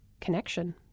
connection